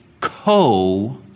co